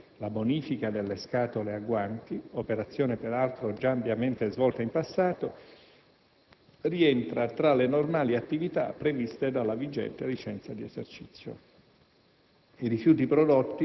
In questo ambito la bonifica delle scatole a guanti, operazione peraltro già ampiamente svolta in passato, rientra tra le normali attività previste dalla vigente licenza di esercizio.